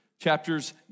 Chapters